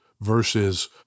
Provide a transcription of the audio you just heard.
versus